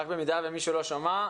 רק במידה שמישהו לא שמע,